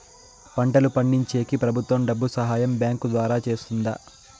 పంటలు పండించేకి ప్రభుత్వం డబ్బు సహాయం బ్యాంకు ద్వారా చేస్తుందా?